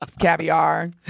Caviar